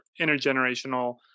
intergenerational